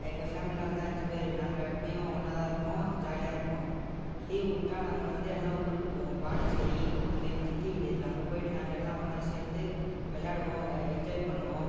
எங்கள் ஃபேமிலியில் வந்து அஞ்சு பேர் நாங்கள் எப்பயும் ஒன்னாக தான் இருப்போம் ஜாலியாக இருப்போம் லீவு விட்டா நாங்கள் வந்து எல்லாம் ஊருக்குப் போவோம் பாண்டிச்சேரி அங்கே எங்கள் சித்தி வீடு இருக்கு அங்கே போய்ட்டு நாங்கள் எல்லாம் ஒன்னாக சேர்ந்து விளாடுவோம் அங்கே என்ஜாய் பண்ணுவோம்